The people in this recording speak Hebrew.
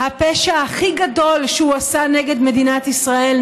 הפשע הכי גדול שהוא עשה נגד מדינת ישראל,